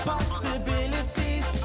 Possibilities